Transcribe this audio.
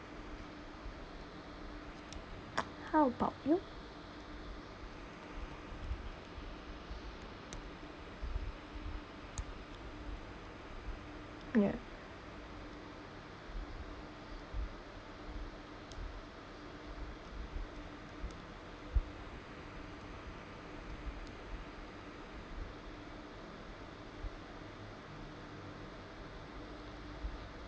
how about you yup